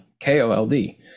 K-O-L-D